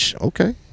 Okay